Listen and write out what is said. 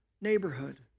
neighborhood